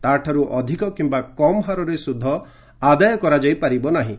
ତା'ଠାରୁ ଅଧିକ କିମ୍ବା କମ୍ ହାରରେ ସୁଧ ଆଦାୟ କରାଯାଇ ପାରିବ ନାହିଁ